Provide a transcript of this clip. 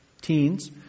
teens